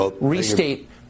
restate